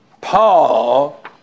Paul